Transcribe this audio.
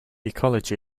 ecology